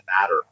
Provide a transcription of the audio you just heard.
matter